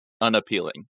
unappealing